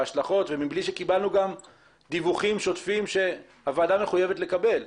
ההשלכות ומבלי שקיבלנו דיווחים שוטפים שהוועדה מחויבת לקבל?